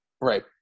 Right